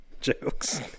Jokes